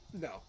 No